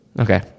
Okay